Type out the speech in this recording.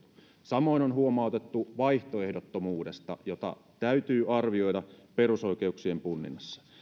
samoin on huomautettu vaihtoehdottomuudesta jota täytyy arvioida perusoikeuksien punninnassa